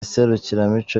serukiramuco